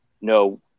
no